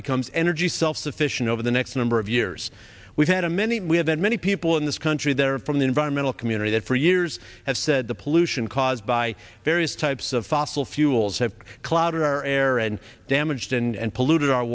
becomes energy self sufficient over the next number of years we've had a many we have that many people in this country there from the environmental community that for years have said the pollution caused by various types of fossil fuels have clouded our air and damaged and polluted our